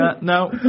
No